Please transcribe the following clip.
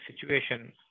situation